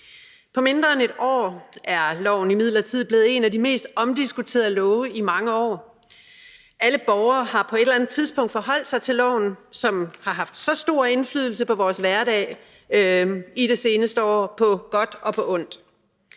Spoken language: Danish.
På mindre end et år er loven imidlertid blevet en af de mest omdiskuterede love i mange år. Alle borgere har på et eller andet tidspunkt forholdt sig til loven, som har haft så stor indflydelse på vores hverdag i de seneste år på godt og ondt.